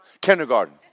Kindergarten